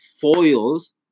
foils